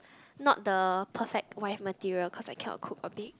not the perfect wife material cause I cannot cook or bake